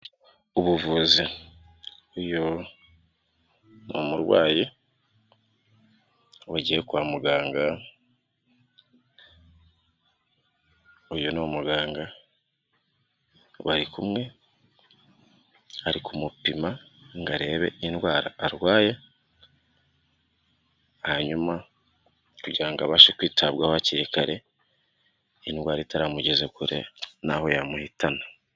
Ubuvuzi uyu ni umurwayi wagiye kwa muganga, uyu ni umuganga bari kumwe ari kumupima ngo arebe indwara arwaye hanyuma kugira ngo abashe kwitabwaho hakiri kare, indwara itaramugeza kure n'aho yamuhitana.